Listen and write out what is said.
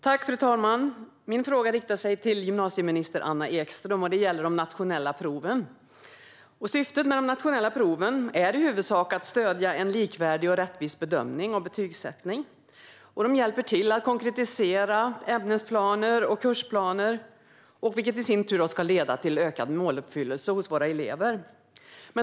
Fru talman! Min fråga riktar sig till gymnasieminister Anna Ekström och gäller de nationella proven. Syftet med de nationella proven är i huvudsak att stödja en likvärdig och rättvis bedömning och betygsättning. De hjälper till att konkretisera ämnesplaner och kursplaner, vilket i sin tur ska leda till ökad måluppfyllelse hos våra elever.